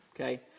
okay